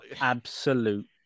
absolute